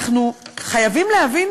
אנחנו חייבים להבין